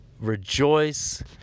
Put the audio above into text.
Rejoice